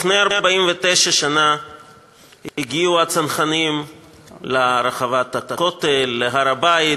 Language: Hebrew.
לפני 49 שנה הגיעו הצנחנים לרחבת הכותל, להר-הבית,